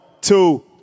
two